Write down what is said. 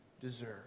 deserve